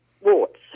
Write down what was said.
Warts